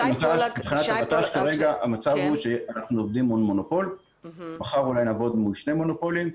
המצב הוא שאנחנו עובדים מול מונופול ומחר אולי נעבוד מול שני מונופולים.